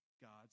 God's